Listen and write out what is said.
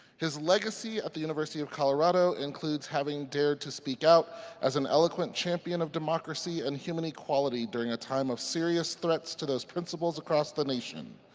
his legacy at the university of colorado includes having dare to speak out as an eloquent champion of democracy and human equality during a time of serious threats to those principles across the nation.